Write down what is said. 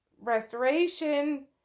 restoration